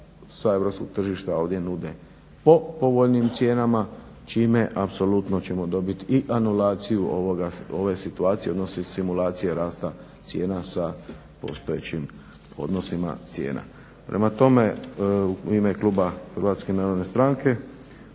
sa europskog tržišta ovdje nude po povoljnijim cijenama, čime apsolutno ćemo dobiti i anulaciju ove situacije odnosi simulacije rasta cijena sa postojećim odnosima cijena. Prema tome, u ime kluba HNS-a podržavamo